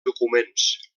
documents